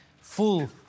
full